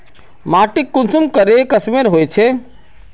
माटी कुंसम करे किस्मेर होचए?